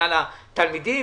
בגלל התלמידים,